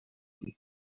baby